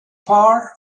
par